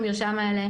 תרופות המרשם האלה,